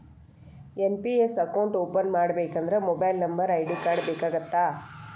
NPS account open ಮಾಡಬೇಕಂದ್ರ mobile number ID card ಬೇಕಾಗತ್ತಾ?